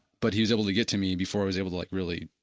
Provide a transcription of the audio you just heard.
but he was able to get to me before i was able to like really